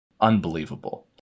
Unbelievable